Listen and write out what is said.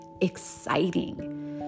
exciting